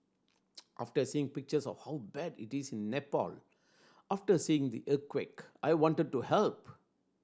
after seeing pictures of how bad it is in Nepal after seeing the earthquake I wanted to help